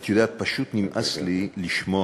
את יודעת, פשוט נמאס לי לשמוע